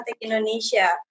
Indonesia